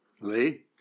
Lee